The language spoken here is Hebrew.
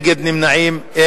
אין מתנגדים ואין נמנעים.